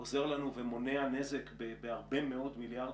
עוזר לנו ומונע נזק בהרבה מאוד מיליארדים.